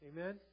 amen